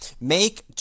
make